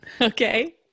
Okay